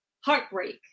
heartbreak